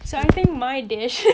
the time is reasonable